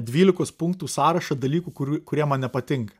dvylikos punktų sąrašą dalykų kurių kurie man nepatinka